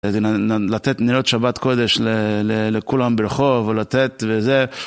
לתת נרות שבת קודש לכולם ברחוב, או לתת וזה.